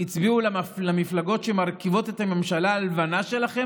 שם הצביעו למפלגות שמרכיבות את הממשלה הלבנה שלכם,